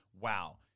wow